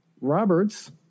Roberts